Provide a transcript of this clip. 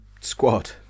squad